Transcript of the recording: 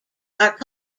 are